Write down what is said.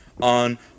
on